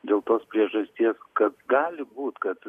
dėl tos priežasties kad gali būt kad